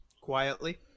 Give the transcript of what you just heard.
quietly